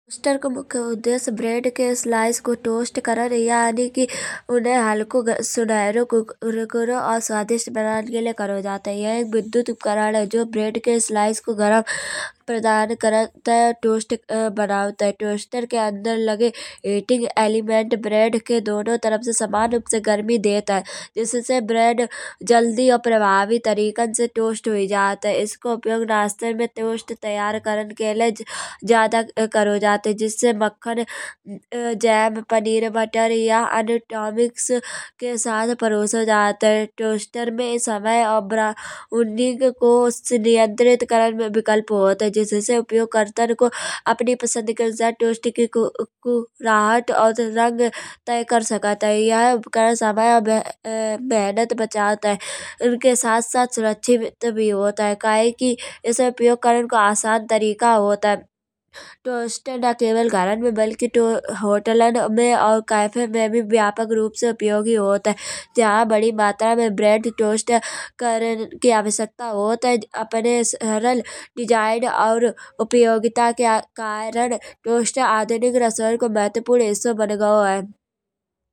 टोस्टर को मुख्य उद्देश्य ब्रेड के स्लाइस को टोस्ट करन यानी कि उन्हें हलको सुनहरो कुरकुरो और स्वादिष्ट बनान के लाइ करौ जात है। यह एक विद्दुत उपकरण है। ब्रेड के स्लाइस को प्रदान करत है टोस्ट बनौत है। टोस्टर के अंदर लगे हीटिंग एलिमेंट ब्रेड के दोनों तरफ से समान रूप से गर्मी देत है। जिससे ब्रेड जल्दी और प्रभावी तरीके से टोस्ट हुई जात है। इसको उपयोग नास्ते में टोस्ट तैयार करन के लाइ ज्यादो करौ जात है। जिससे मक्खन जाम पनीर बटर या अणूटॉमिक्स के साथ परसो जात है। टोस्टर में समय और को नियंत्रित करन में विकल्प होत है। जिससे उपयोग करतन को अपनी पसंद काय राहत और रंग तय कर सकत है। यह उपकरण समय मेहनत बचात है। उनके साथ साथ सुरक्षित भी होत है। कय कि इसे उपयोग करन को आसान तरीका होत है। टोस्टर न केवल घरन में बल्कि होटलों में और कैफे में भी व्यापक रूप से उपयोगी होत है। जहां बड़ी मात्रा में ब्रेड टोस्ट करन की आवश्यकता होत है। अपने सरल डिज़ाइन और उपयोगिता के कारण टोस्टर आधुनिक रसोइअन को महत्वपूर्ण हिस्सो बन गयो है।